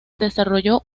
desarrolló